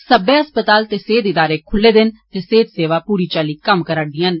सब्बै हस्पताल ते सेहत इदारे खुल्ले दे न ते सेहत सेवा पूरी चाल्ली कम्म करा'र दियां न